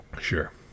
Sure